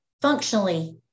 functionally